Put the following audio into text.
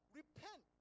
repent